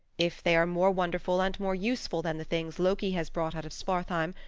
if they are more wonderful and more useful than the things loki has brought out of svartheim,